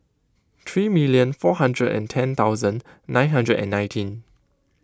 three million four hurdred and ten thousand nine hundred and nineteen